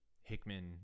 Hickman